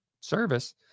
service